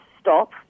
stop